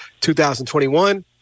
2021